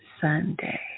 Sunday